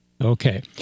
Okay